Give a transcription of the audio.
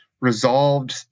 resolved